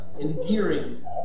endearing